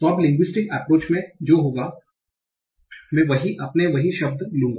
तो अब linguistic approach में जो होगा मैं वही अपने वही शब्द लूंगा